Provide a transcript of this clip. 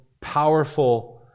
powerful